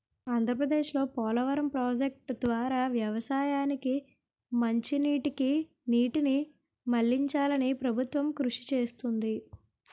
ఆంధ్రప్రదేశ్లో పోలవరం ప్రాజెక్టు ద్వారా వ్యవసాయానికి మంచినీటికి నీటిని మళ్ళించాలని ప్రభుత్వం కృషి చేస్తుంది